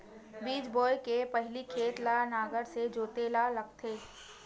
बीज बोय के पहिली खेत ल नांगर से जोतेल लगथे?